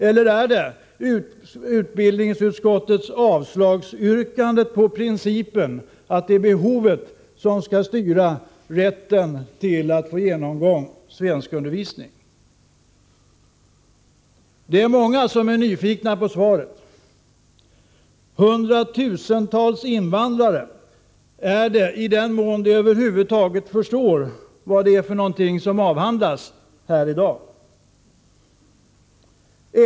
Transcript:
Eller är det utbildningsutskottets yrkande om avslag på vårt krav på ett uttalande om att det är behovsprincipen som skall gälla? Det är många som är nyfikna på svaret. Hundratusentals invandrare är det, i den mån de över huvud taget förstår vad som avhandlas här i dag.